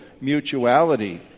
mutuality